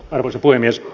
arvoisa puhemies